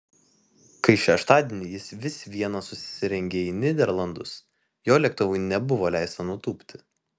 kai šeštadienį jis vis viena susirengė į nyderlandus jo lėktuvui nebuvo leista nutūpti